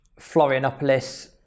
Florianopolis